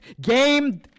game